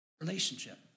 Relationship